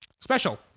Special